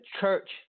church